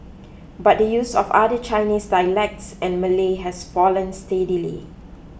but the use of other Chinese dialects and Malay has fallen steadily